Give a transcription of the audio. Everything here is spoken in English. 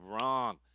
wrong